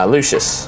Lucius